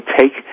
take